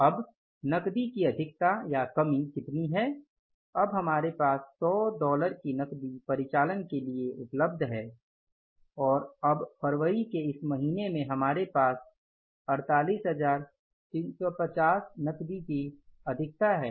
अब नकदी की अधिकता या कमी कितनी है अब हमारे पास 100 डॉलर की नकदी परिचालन के लिए उपलब्ध है और अब फरवरी के इस महीने में हमारे पास 48350 नकदी की अधिकता है